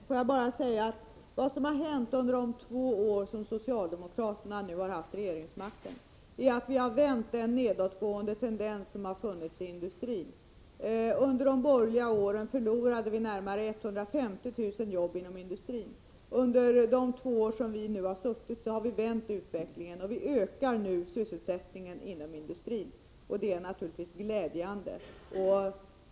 Fru talman! Vad som har hänt under de två år då socialdemokraterna har haft regeringsmakten är att vi vänt den nedåtgående tendens som rådde i industrin. Under de borgerliga åren förlorade vi närmare 150 000 jobb inom industrin. Under de två år som vi nu suttit i regeringen har vi vänt utvecklingen. Sysselsättningen ökar nu inom industrin. Det är naturligtvis glädjande.